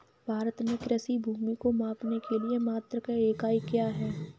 भारत में कृषि भूमि को मापने के लिए मात्रक या इकाई क्या है?